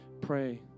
pray